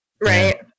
Right